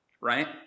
Right